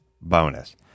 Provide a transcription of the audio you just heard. bonus